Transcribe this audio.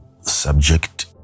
subject